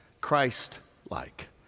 Christ-like